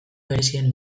berezien